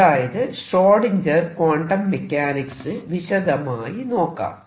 അതായത് Schrodinger quantum mechanics വിശദമായി നോക്കാം